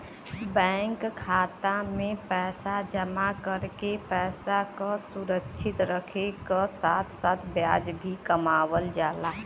bank खाता में पैसा जमा करके पैसा क सुरक्षित रखे क साथ साथ ब्याज भी कमावल जाला